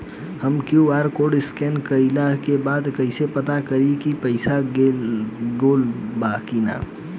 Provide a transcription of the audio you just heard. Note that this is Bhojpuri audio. हम क्यू.आर कोड स्कैन कइला के बाद कइसे पता करि की पईसा गेल बा की न?